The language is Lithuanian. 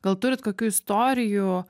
gal turit kokių istorijų